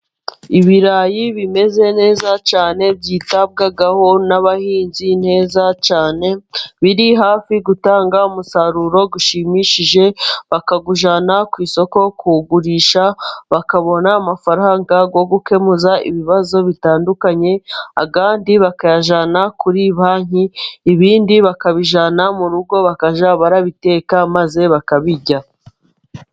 Ibirayi bimeze neza cyane byitabwaho n'abahinzi neza cyane, biri hafi gutanga umusaruro ushimishije bakawujyana ku isoko kuwugurisha, bakabona amafaranga yo gukemuza ibibazo bitandukanye, ayandi bakayajyana kuri banki, ibindi bakabijyana mu rugo, bakajya babibiteka maze bakabirya.